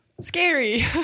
scary